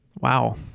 wow